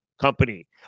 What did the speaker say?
company